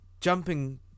jumping